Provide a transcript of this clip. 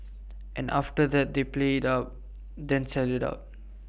and after that they play IT up then sell IT out